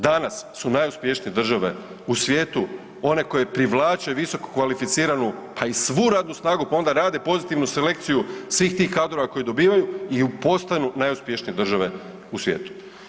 Danas su najuspješnije države u svijetu one koje privlače visokokvalificiranu, pa i svu radnu snagu pa onda rade pozitivnu selekciju svih tih kadrova koje dobivaju i postanu najuspješnije države u svijetu.